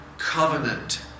Covenant